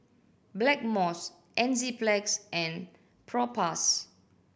Blackmores Enzyplex and Propass